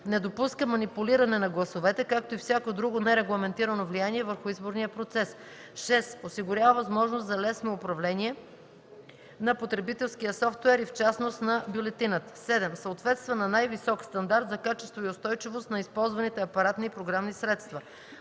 не допуска манипулиране на гласовете, както и всяко друго нерегламентирано влияние върху изборния процес; 6. осигурява възможност за лесно управление на потребителския софтуер и в частност на бюлетината; 7. съответства на най-висок стандарт за качество и устойчивост на използваните апаратни и програмни средства;